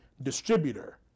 distributor